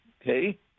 Okay